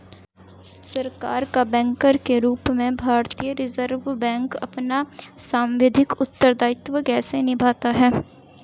सरकार का बैंकर के रूप में भारतीय रिज़र्व बैंक अपना सांविधिक उत्तरदायित्व कैसे निभाता है?